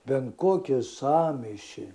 bent kokį sąmyšį